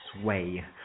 sway